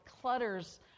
clutters